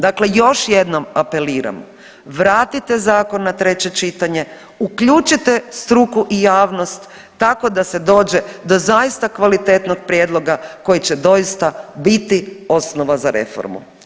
Dakle, još jednom apeliram vratite zakon na treće čitanje, uključite struku i javnost tako da se dođe do zaista kvalitetnog prijedloga koji će doista biti osnova za reformu.